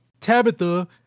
Tabitha